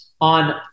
on